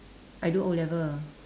I do O-level